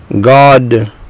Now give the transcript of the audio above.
God